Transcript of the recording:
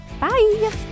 bye